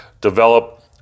develop